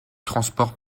transport